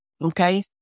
Okay